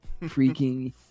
freaking